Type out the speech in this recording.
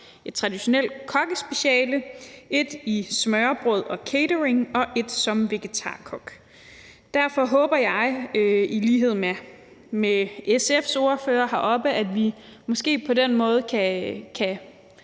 et traditionelt kokkespeciale, et i smørrebrød og catering og et som vegetarkok. Derfor håber jeg i lighed med SF's ordfører heroppe, at vi måske på den måde kan